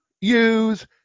use